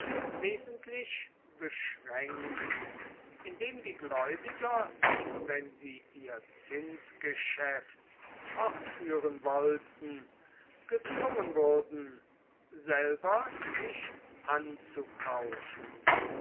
wesentlich beschränkt indem die gläubiger wenn sie ihr zinsgeschäft fortführen wollten gezwungen wurden selber sich anzukaufen